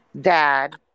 dad